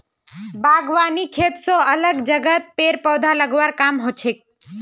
बागवानी खेत स अलग जगहत पेड़ पौधा लगव्वार काम हछेक